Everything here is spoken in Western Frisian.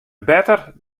better